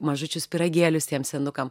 mažučius pyragėlius tiem senukam